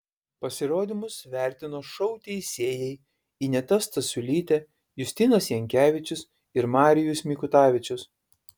pasirodymus vertino šou teisėjai ineta stasiulytė justinas jankevičius ir marijus mikutavičius